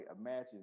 Imagine